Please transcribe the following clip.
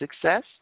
Success